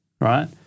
right